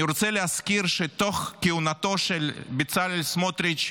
אני רוצה להזכיר שבתוך כהונתו של בצלאל סמוטריץ',